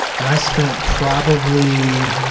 and i spent probably